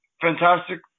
fantastic